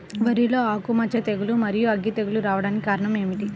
వరిలో ఆకుమచ్చ తెగులు, మరియు అగ్గి తెగులు రావడానికి కారణం ఏమిటి?